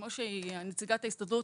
כמו שאמרה נציגת ההסתדרות,